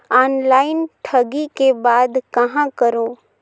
Online ठगी के बाद कहां करों?